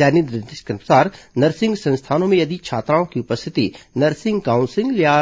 जारी निर्देश के अनुसार नर्सिंग संस्थानों में यदि छात्राओं की उपस्थिति नर्सिंग काउंसिल या